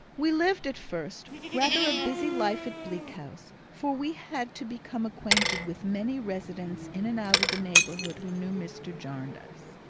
we lived, at first, rather a busy life at bleak house, for we had to become acquainted with many residents in and out of the neighbourhood who knew mr. jarndyce.